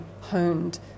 honed